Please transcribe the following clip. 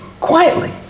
quietly